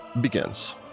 begins